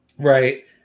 right